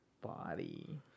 body